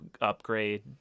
upgrade